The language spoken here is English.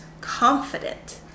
confident